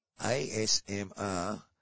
ASMR